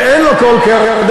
שאין לו קול כלארדן,